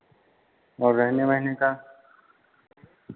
और रहने वहने का